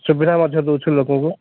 ସୁବିଧା ମଧ୍ୟ ଦେଉଛୁ ଲୋକମାନଙ୍କୁ